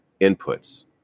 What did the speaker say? inputs